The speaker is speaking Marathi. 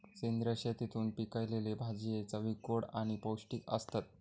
सेंद्रिय शेतीतून पिकयलले भाजये चवीक गोड आणि पौष्टिक आसतत